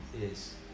Yes